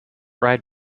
ride